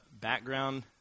background